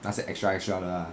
那些 extra extra 的 lah